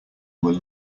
were